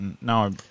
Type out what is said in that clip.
Now